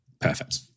Perfect